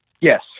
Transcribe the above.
Yes